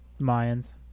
Mayans